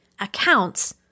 accounts